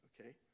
okay